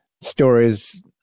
stories